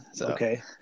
okay